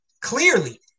clearly